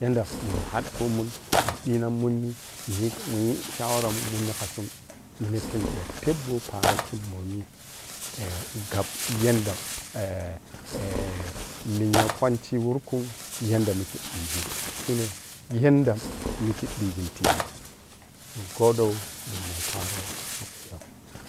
yadda muni hadi khumun mun dina mommi munyi shawara monini kasun mina ni ɓiya tebgo paro khe mommi eh. gab yadda lenya kuma wurkun yando mikhe ɓigin khin yanda mikhe ɓigin tiya ni godon damugho paro wohkhuyoh.